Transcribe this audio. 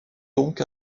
donc